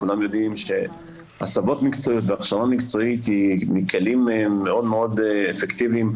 כולם יודעים שהסבות מקצועיות והכשרה מקצועית הם כלים מאוד אפקטיביים,